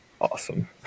awesome